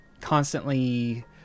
constantly